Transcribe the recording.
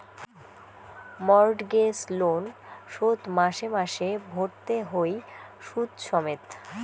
mortgage loan শোধ মাসে মাসে ভরতে হই শুধ সমেত